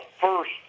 first